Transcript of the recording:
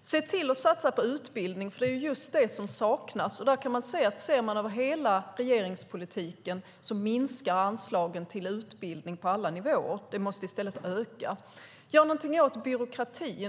se till att satsa på utbildning, för det är just det som saknas. Ser man över hela regeringspolitiken minskar anslagen till utbildning på alla nivåer. De måste i stället öka. Något måste också göras åt byråkratin.